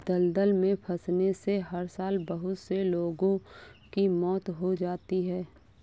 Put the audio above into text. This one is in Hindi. दलदल में फंसने से हर साल बहुत से लोगों की मौत हो जाती है